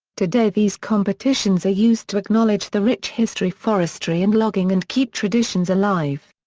today these competitions are used to acknowledge the rich history forestry and logging and keep traditions alive.